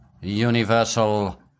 universal